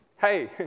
hey